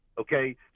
Okay